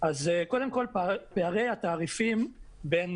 אז קודם כל פערי התעריפים בין